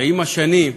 שעם השנים,